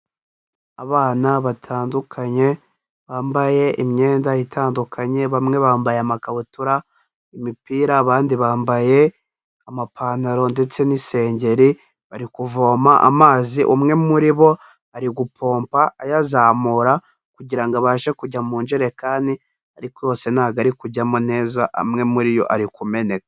Abana batandukanye bambaye imyenda itandukanye, bamwe bambaye amakabutura, imipira, abandi bambaye amapantaro ndetse n'isengeri, bari kuvoma amazi, umwe muri bo ari gupompa ayazamura kugira ngo abashe kujya mu njerekani ariko yose ntabwo ari kujyamo neza, amwe muri yo ari kumeneka.